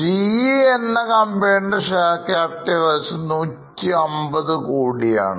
GE എന്ന കമ്പനിയുടെ share capital ഏകദേശം 150 crore യാണ്